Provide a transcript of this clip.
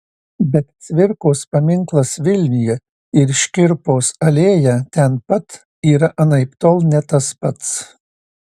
bet cvirkos paminklas vilniuje ir škirpos alėja ten pat yra anaiptol ne tas pats